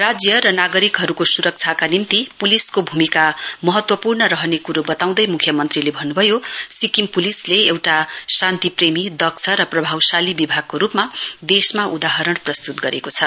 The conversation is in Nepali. राज्य र नागरिकहरूको सुरक्षाका निम्ति पुलिसको भूमिका महत्वपूर्ण रहने कुरो बताउँदै मुख्यमन्त्रीले भन्नुभयो सिक्किम पुलिसले एउटा शान्तिप्रेमी दक्ष र प्रभावसाली विभागको रूपमा देशमा उदाहरण प्रस्तुत गरेको छ